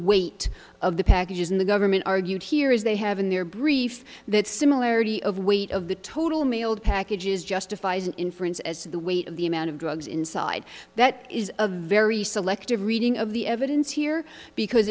weight of the packages in the government argued here is they have in their brief that similarity of weight of the total mailed packages justifies an inference as to the weight of the amount of drugs inside that is a very selective reading of the evidence here because